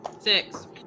Six